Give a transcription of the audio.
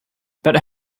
better